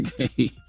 Okay